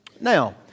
Now